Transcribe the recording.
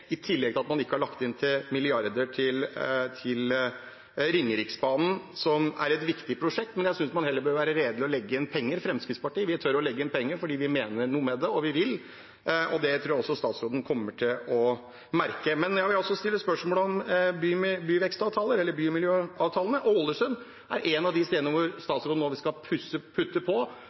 I tillegg har man ikke lagt inn milliarder til Ringeriksbanen, som er et viktig prosjekt. Jeg synes man burde være redelig og legge inn penger. I Fremskrittspartiet tør vi å legge inn penger, fordi vi mener noe med det – og vi vil. Det tror jeg også statsråden kommer til å merke. Jeg vil stille spørsmål om byvekstsavtaler og bymiljøavtaler. Ålesund er et av stedene der statsråden vil vi skal putte på